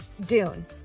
Dune